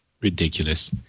Ridiculous